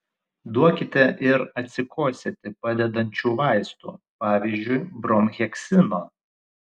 duokite ir atsikosėti padedančių vaistų pavyzdžiui bromheksino